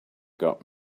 got